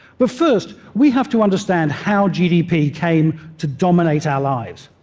but first, we have to understand how gdp came to dominate our lives.